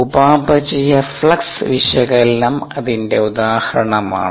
ഉപാപചയ ഫ്ലക്സ് വിശകലനം അതിന്റെ ഉദാഹരണമാണ്